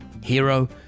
hero